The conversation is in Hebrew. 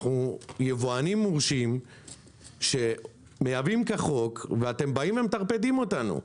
אנחנו יבואנים מורשים שמייבאים כחוק ואתם באים ומטרפדים אותנו.